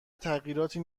تغییراتی